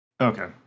Okay